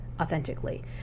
authentically